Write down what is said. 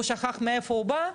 הוא שכח מאיפה הוא בא,